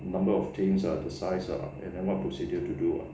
number of things ah the size ah and then what procedure to do lor